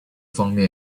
方面